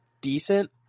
decent